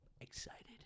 excited